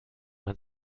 man